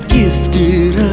gifted